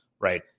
right